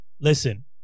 Listen